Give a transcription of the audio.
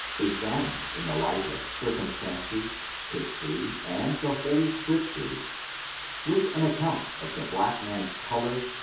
examined in the light of circumstances, history, and the holy scriptures with an account of the black man's color,